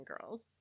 girls